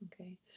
Okay